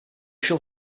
shall